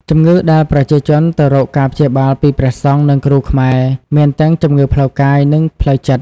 ជំងឺដែលប្រជាជនទៅរកការព្យាបាលពីព្រះសង្ឃ និងគ្រូខ្មែរ មានទាំងជំងឺផ្លូវកាយ និងផ្លូវចិត្ត។